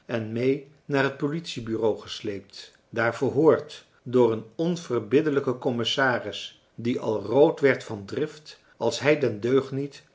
naar het politiebureau gesleept daar verhoord door een onverbiddelijken commissaris die al rood werd van drift als hij den deugniet